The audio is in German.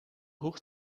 hoch